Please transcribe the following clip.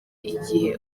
igihe